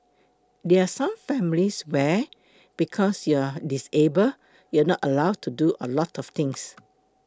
there are some families where because you are disable you are not allowed to do a lot of things